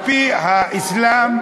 על-פי האסלאם,